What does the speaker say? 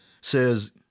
says